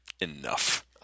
enough